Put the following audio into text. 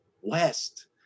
west